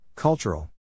Cultural